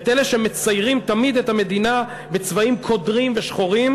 את אלה שמציירים תמיד את המדינה בצבעים קודרים ושחורים,